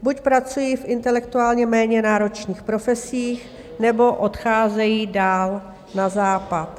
Buď pracují v intelektuálně méně náročných profesích, nebo odcházejí dál na Západ.